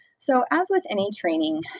so, as with any training,